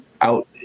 out